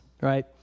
right